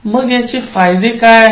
काय फायदे आहेत